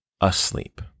asleep